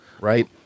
right